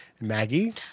Maggie